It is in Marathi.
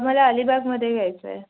मला अलिबागमध्ये घ्यायचं आहे